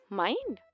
mind